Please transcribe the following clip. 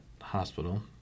hospital